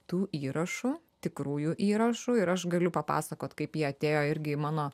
tų įrašų tikrųjų įrašų ir aš galiu papasakot kaip ji atėjo irgi į mano